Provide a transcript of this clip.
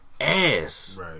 ass